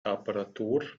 apparatur